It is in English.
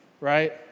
right